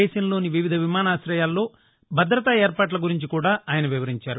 దేశంలోని వివిధ విమానాశయాల్లో భద్రతా ఏర్పాట్ల గురించి కూడా ఆయన వివరించారు